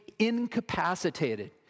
Incapacitated